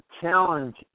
challenge